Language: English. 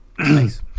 Nice